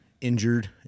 injured